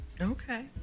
okay